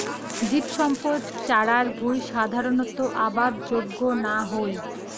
জীবসম্পদ চরার ভুঁই সাধারণত আবাদ যোগ্য না হই